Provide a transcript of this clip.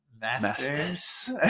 masters